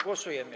Głosujemy.